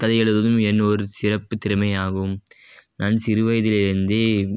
கதை எழுதுவதும் என் ஒரு சிறப்பு திறமையாகும் நான் சிறு வயதில் இருந்து